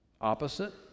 Opposite